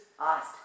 asked